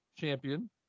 champion